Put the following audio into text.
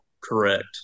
correct